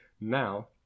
now